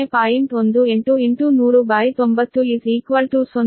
18 10090 0